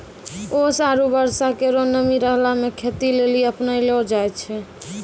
ओस आरु बर्षा केरो नमी रहला सें खेती लेलि अपनैलो जाय छै?